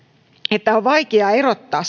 että on vaikea erottaa